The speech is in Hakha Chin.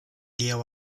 lio